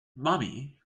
mommy